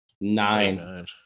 nine